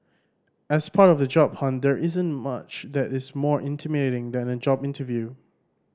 as part of the job hunt there isn't much that is more intimidating than a job interview